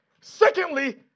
Secondly